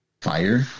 fire